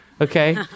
Okay